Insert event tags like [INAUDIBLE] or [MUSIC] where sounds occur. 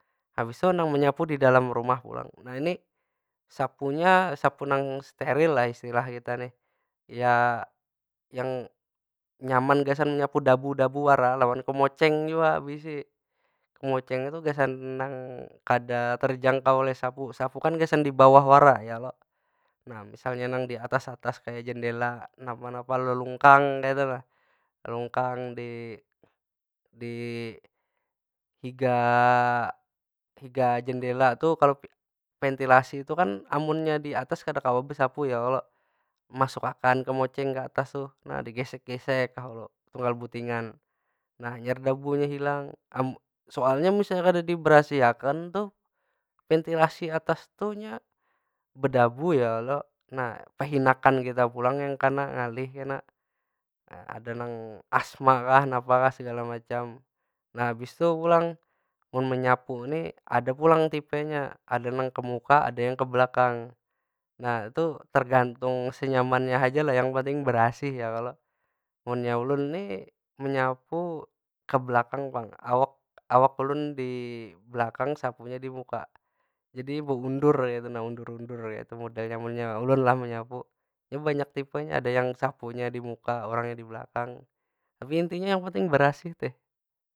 Habis tu nang menyapu di dalam rumah pulang. Nah ini sapunya sapu nang steril lah istilah kita nih. Ya, yang nyama gasan menyapu dabu- dabu wara lawan kemoceng jua beisi. Kemoceng tu gasan nang kada terjangkau oleh sapu. Sapu kan gasan di bawah wara ya kalo. Nah misalnya nang di atas- atas kaya jendela [UNINTELLIGIBLE] lelungkang kaytu nah. Lelungkang di- di higa- higa jendela tu, kalau ventilasi tu kan amunnya di atas kada kawa besapu, ya kalo? Masuk akan kemoceng ke atas tuh. Nah digesek- gesek unggal butingan, nah hanyar dabunya hilang. [HESITATION] soalnya misalnya kada dibarasih akan tuh, ventilasi atas tu nya bedabu ya kalo. Nah, pahinakan kita pulang yang kana, ngalih kena. Ada nang asma kah, napa kah segala macam. Nah abis tu pulang mun menyapu ni ada pulang tipenya. Ada nang ke muka, ada nang ke belakang. Nah tu tergantung senyamannya haja lah yang penting barasih ya kalo? Munnya ulun ni menyapu ke belakang pang. Awak- awak ulun di belakagn sapunya dimuka. Jadi beundur kaytu nah, undur- undur kaytu modelnya. Munnya ulun lah menyapu. Inya banyak tipenya ada yang sapunya di muka orangnya. di belakang. Tapi intinya yang penting barasih tuh.